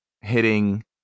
hitting